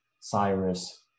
Cyrus